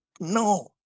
no